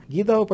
Gita